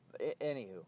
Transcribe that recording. Anywho